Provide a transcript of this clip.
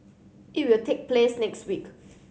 it will take place next week